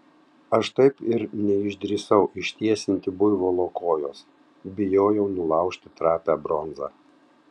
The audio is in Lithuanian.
aš taip ir neišdrįsau ištiesinti buivolo kojos bijojau nulaužti trapią bronzą